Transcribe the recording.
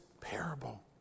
parable